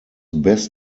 best